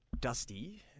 Dusty